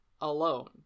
alone